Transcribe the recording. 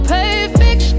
perfect